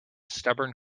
stubborn